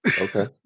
Okay